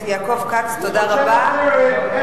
נלחם ביהודים.